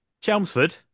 Chelmsford